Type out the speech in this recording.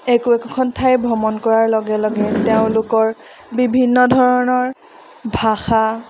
একো একোখন ঠাই ভ্ৰমণ কৰাৰ লগে লগে তেওঁলোকৰ বিভিন্ন ধৰণৰ ভাষা